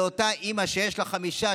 לאותה אימא שיש לה חמישה,